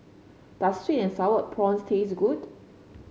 does sweet and sour prawns taste good